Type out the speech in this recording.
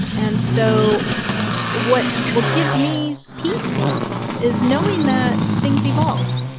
and so what what gives me peace is knowing that things evolve.